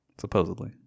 supposedly